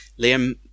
Liam